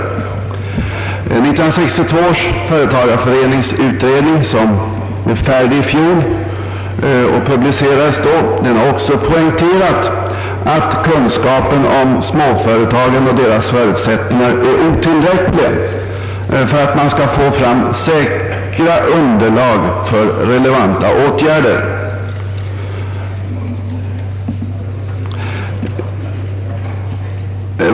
1962 års företagarföreningsutredning, som blev färdig i fjol och då publicerades, har också poängterat att kunskapen om småföretagen och deras förutsättningar icke är tillräcklig för att man skall få fram säkert underlag för relevanta åtgärder.